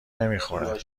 نمیخوره